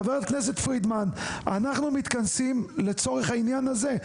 חברת הכנסת פרידמן אנחנו מתכנסים לצורך העניין הזה.